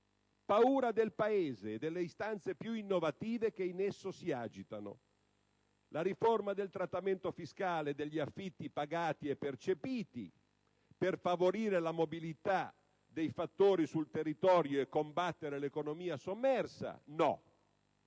paura del Paese e delle istanze più innovative che in esso si agitano: la riforma del trattamento fiscale degli affitti pagati e percepiti per favorire la mobilità dei fattori sul territorio e combattere l'economia sommersa, no;